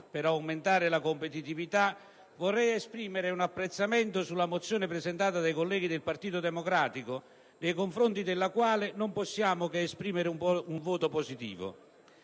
per aumentare la competitività del comparto, vorrei esprimere un apprezzamento sulla mozione presentata dai colleghi del Partito Democratico, nei confronti della quale non possiamo che esprimere un voto favorevole.